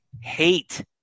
hate